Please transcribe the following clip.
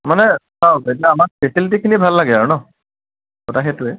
মানে চাওক এতিয়া আমাক ফেছিলিটীখিনি ভাল লাগে আৰু ন কথা সেইটোৱে